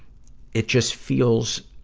it just feels,